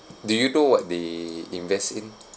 do you know what they invest in